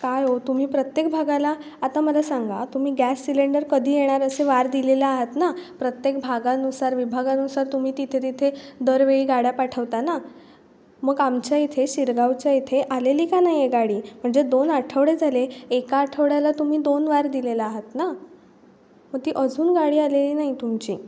काय अहो तुम्ही प्रत्येक भागाला आता मला सांगा तुम्ही गॅस सिलेंडर कधी येणार असे वार दिलेला आहात ना प्रत्येक भागानुसार विभागानुसार तुम्ही तिथे तिथे दरवेळी गाड्या पाठवता ना मग आमच्या इथे शिरगावच्या इथे आलेली का नाही आहे गाडी म्हणजे दोन आठवडे झाले एका आठवड्याला तुम्ही दोन वार दिलेला आहात ना मग ती अजून गाडी आलेली नाही तुमची